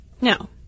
No